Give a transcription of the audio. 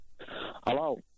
Hello